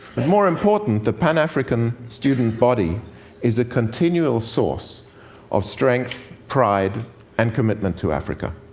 but more important, the pan-african student body is a continual source of strength, pride and commitment to africa.